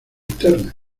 interna